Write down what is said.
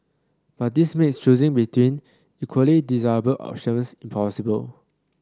but this makes choosing between equally desirable options impossible